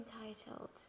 entitled